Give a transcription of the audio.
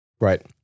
Right